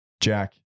Jack